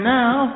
now